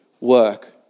work